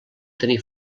tenir